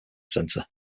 centre